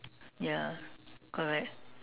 ya correct